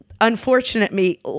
unfortunately